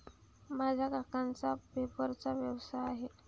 माझ्या काकांचा पेपरचा व्यवसाय आहे